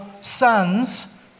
sons